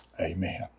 Amen